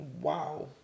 Wow